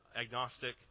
agnostic